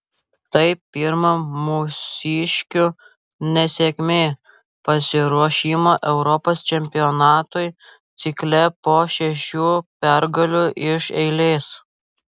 tai pirma mūsiškių nesėkmė pasiruošimo europos čempionatui cikle po šešių pergalių iš eilės